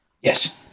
Yes